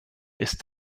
ist